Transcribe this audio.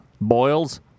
boils